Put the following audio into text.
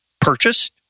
purchased